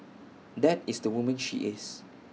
that is the woman she is